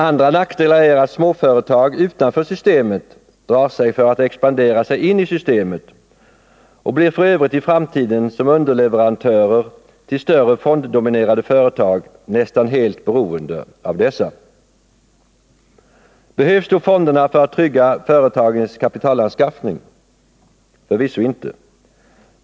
Andra nackdelar är att småföretag utanför systemet drar sig för att expandera sig in i systemet och f. ö. i framtiden blir nästan helt beroende av Behövs då fonderna för att trygga företagens kapitalanskaffning? Förvisso inte.